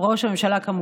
ראש הממשלה.